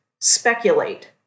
speculate